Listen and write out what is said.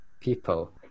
people